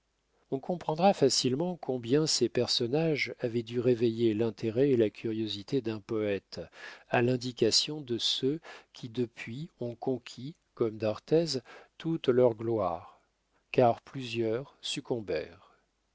on comprendra facilement combien ces personnages avaient dû réveiller l'intérêt et la curiosité d'un poète à l'indication de ceux qui depuis ont conquis comme d'arthez toute leur gloire car plusieurs succombèrent